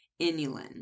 Inulin